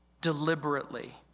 deliberately